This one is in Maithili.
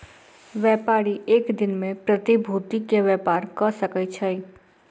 व्यापारी एक दिन में प्रतिभूति के व्यापार कय सकै छै